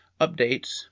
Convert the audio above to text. updates